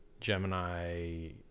Gemini